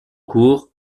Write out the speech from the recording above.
cours